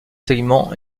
segment